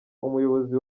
umuyobozi